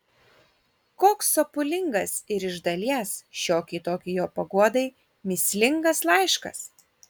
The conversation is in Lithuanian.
koks sopulingas ir iš dalies šiokiai tokiai jo paguodai mįslingas laiškas